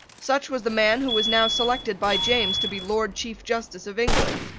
such was the man who was now selected by james to be lord chief justice of england.